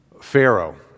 Pharaoh